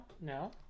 No